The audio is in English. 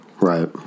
Right